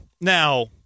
Now